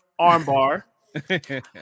Armbar